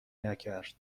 نکرد